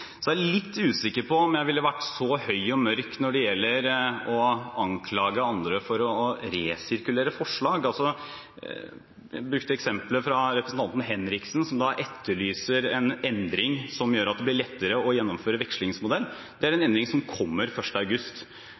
er litt usikker på om jeg ville vært så høy og mørk når det gjelder å anklage andre for å resirkulere forslag. Man brukte eksemplet fra representanten Henriksen som etterlyser en endring som gjør at det blir lettere å gjennomføre vekslingsmodellen. Det er en endring som kommer 1. august.